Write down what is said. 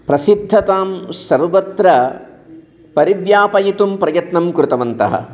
प्रसिद्धतां सर्वत्र परिव्यापयितुं प्रयत्नं कृतवन्तः